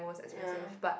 ya